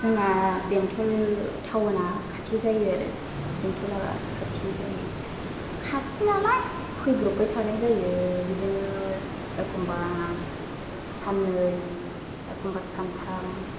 जोंना बेंटल टाउना खाथि जायो आरो बेंटला खाथि जायो खाथि नालाय फैब्रबबाय थानाय जायो बिदिनो एखमबा साननै एखमबा सानथाम